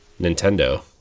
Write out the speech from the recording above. Nintendo